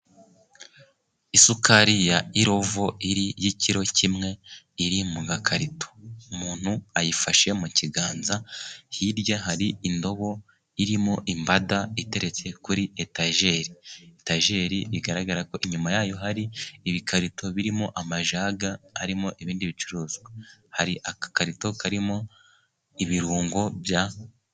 Isukari ya irovo y'ikiro kimwe iri mu gakarito. Umuntu ayifashe mu kiganza, hirya hari indobo irimo imbada, iteretse kuri etajeri. Etajeri igaragara ko inyuma yayo hari ibikarito birimo amajaga arimo ibindi bicuruzwa. Hari agakarito karimo ibirungo bya,..